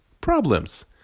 problems